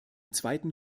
zweiten